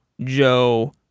Joe